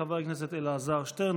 חבר הכנסת אלעזר שטרן,